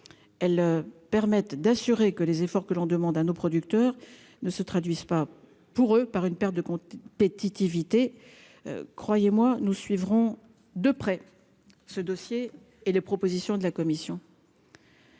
elles permettent d'assurer que les efforts que l'on demande à nos producteurs ne se traduisent pas pour eux par une perte de Pétiti vitae, croyez-moi, nous suivrons de près ce dossier et les propositions de la commission.